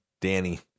Danny